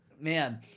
Man